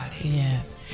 yes